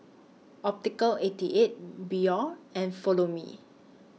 Optical eighty eight Biore and Follow Me